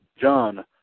John